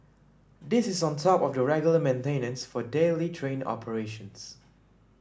this is on top of the regular maintenance for daily train operations